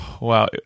Wow